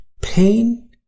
Pain